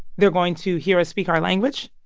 they're going to hear us speak our language.